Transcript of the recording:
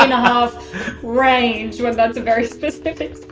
um a half range when that's a very specific score!